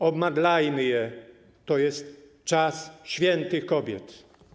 Obmadlajmy je, to jest czas świętych kobiet.